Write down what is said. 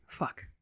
fuck